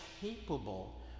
capable